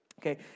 Okay